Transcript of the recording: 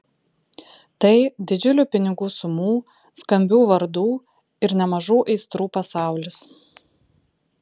tai didžiulių pinigų sumų skambių vardų ir nemažų aistrų pasaulis